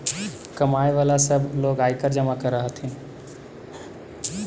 कमाय वला सब लोग आयकर जमा कर हथिन